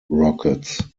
rockets